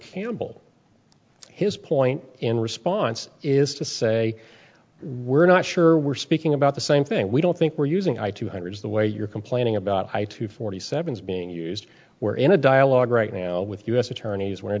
campbell his point in response is to say we're not sure we're speaking about the same thing we don't think we're using i two hundred the way you're complaining about two forty seven is being used we're in a dialogue right now with u s attorneys whe